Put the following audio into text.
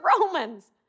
Romans